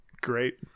great